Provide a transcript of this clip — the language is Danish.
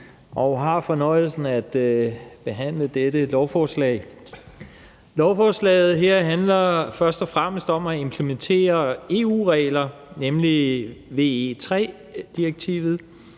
og har fornøjelsen af at behandle dette lovforslag. Lovforslaget her handler først og fremmest om at implementere EU-regler, nemlig VEIII-direktivet,